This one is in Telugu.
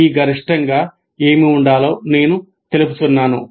ఈ గరిష్టంగా ఏమి ఉండాలో నేను తెలుపుతున్నాను